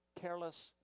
careless